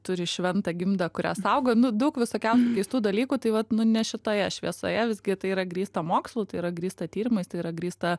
turi šventą gimdą kurią saugo nu daug visokiausių keistų dalykų tai vat nu ne šitoje šviesoje visgi tai yra grįsta mokslu tai yra grįsta tyrimais tai yra grįsta